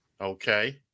Okay